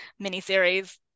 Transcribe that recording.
miniseries